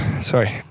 Sorry